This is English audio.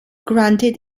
granted